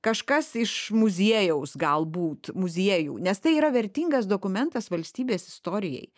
kažkas iš muziejaus galbūt muziejų nes tai yra vertingas dokumentas valstybės istorijai